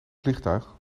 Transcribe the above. vliegtuig